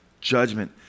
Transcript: Judgment